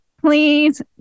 please